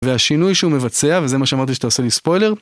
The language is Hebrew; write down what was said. והשינוי שהוא מבצע וזה מה שאמרתי שאתה עושה לי ספוילר.